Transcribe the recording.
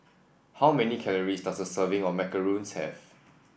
how many calories does a serving of macarons have